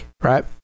right